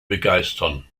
begeistern